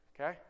okay